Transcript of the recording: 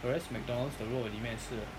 whereas McDonald's the 肉里面是